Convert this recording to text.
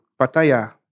Pattaya